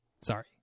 sorry